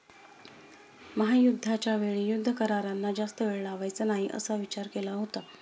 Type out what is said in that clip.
महायुद्धाच्या वेळी युद्ध करारांना जास्त वेळ लावायचा नाही असा विचार केला होता